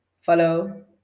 Follow